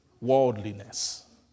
worldliness